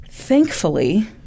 Thankfully